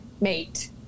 mate